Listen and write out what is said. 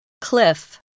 Cliff